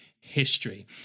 history